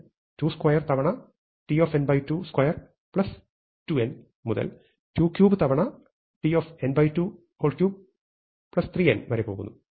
ഞാൻ 22 തവണ tn222n മുതൽ 23 തവണ tn233n വരെ പോകുന്നു